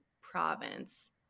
province